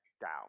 down